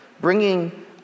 bringing